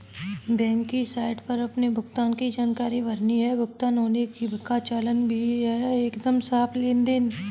bank की site पर अपने भुगतान की जानकारी भरनी है, भुगतान होने का चालान भी मिलता है एकदम साफ़ लेनदेन